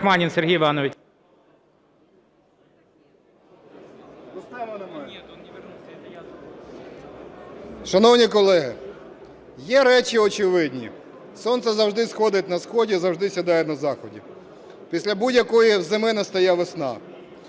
Шановні колеги! Є речі очевидні: сонце завжди сходить на сході, завжди сідає на заході, після будь-якої зими настає весна,